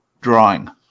drawing